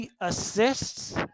assists